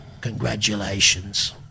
Congratulations